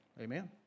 Amen